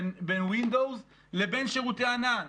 בין windows לבין שירותי ענן.